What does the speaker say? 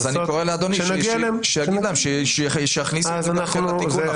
כשנגיע --- אז אני קורא לאדוני שיגיד להם שיכניסו את זה לתיקון שלהם.